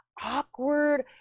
awkward